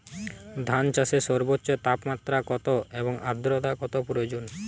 ধান চাষে সর্বোচ্চ তাপমাত্রা কত এবং আর্দ্রতা কত প্রয়োজন?